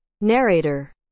Narrator